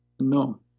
no